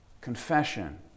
confession